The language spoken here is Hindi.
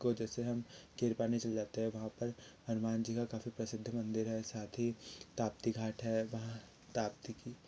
को जैसे हम किरपानी चले जाते हैं वहाँ पर वहाँ पर हनुमान जी का काफ़ी प्रसिद्ध मंदिर है साथ ही ताप्ती घाट है वहाँ ताप्ती की